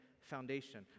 foundation